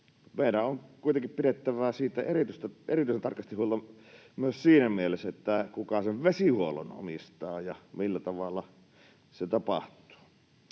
Meidän on kuitenkin pidettävä siitä erityisen tarkasti huolta myös siinä mielessä, kuka sen vesihuollon omistaa ja millä tavalla se tapahtuu.